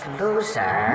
loser